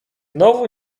znowu